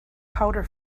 powder